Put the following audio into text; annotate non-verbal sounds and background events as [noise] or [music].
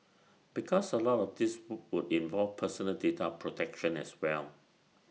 [noise] because A lot of this wood would involve personal data protection as well